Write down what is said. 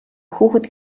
хүүхэд